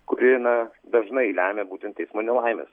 kuri na dažnai lemia būtent eismo nelaimes